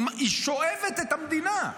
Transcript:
היא שואבת את המדינה.